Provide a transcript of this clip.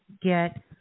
get